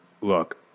look